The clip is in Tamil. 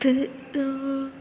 து